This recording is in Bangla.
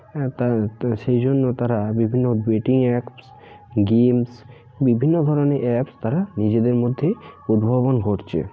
হ্যাঁ তার তো সেই জন্য তারা বিভিন্ন বেটিং অ্যাপস গেমস বিভিন্ন ধরনের অ্যাপস তারা নিজেদের মধ্যে উদ্ভাবন ঘটছে